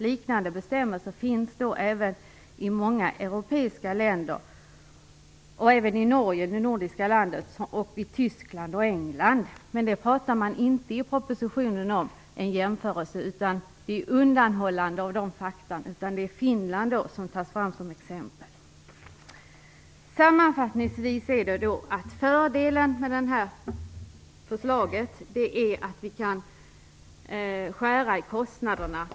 Liknande bestämmelser finns även i många europeiska länder, t.ex. i Norge, Tyskland och England. Men en jämförelse med dessa länder görs inte i propositionen, utan fakta om dessa länder undanhålls. I stället tar man fram Finland som exempel. Sammanfattningsvis vill jag säga att fördelen med det här förslaget är att man kan skära ned kostnaderna.